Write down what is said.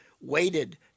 waited